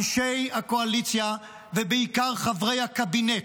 אנשי הקואליציה ובעיקר חברי הקבינט,